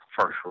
first